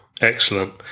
Excellent